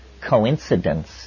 coincidence